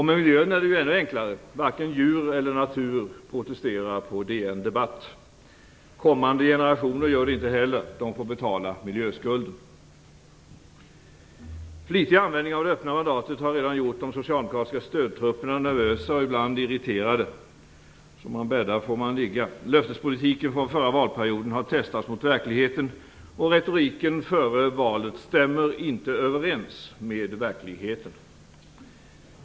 Med miljön är det ännu enklare; varken djur eller natur protesterar på DN Debatt. Kommande generationer gör det inte heller; de får betala miljöskulden. Flitig användning av det öppna mandatet har redan gjort de socialdemokratiska stödtrupperna nervösa, ibland irriterade. "Som man bäddar får man ligga." Löftespolitiken från förra valperioden har testats mot verkligheten. Retoriken före valet stämmer inte överens med verkligheten.